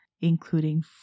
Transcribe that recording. including